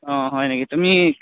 অঁ হয় নেকি তুমি